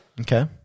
Okay